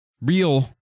real